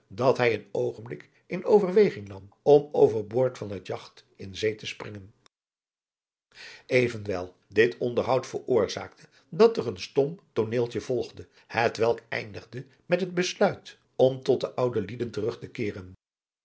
dat hij een oogenblik in overweging nam om over het boord van het jagt in zee te springen evenwel dit onderhoud veroorzaakte dat er een stom tooneeltje volgde hetwelk eindigde met het besluit om tot de oude lieden terug te keeren